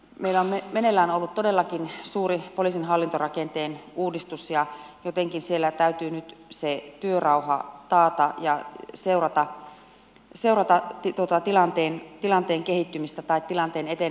meillä on todellakin meneillään ollut suuri poliisin hallintorakenteen uudistus ja jotenkin siellä täytyy nyt se työrauha taata ja seurata tilanteen kehittymistä tilanteen etenemistä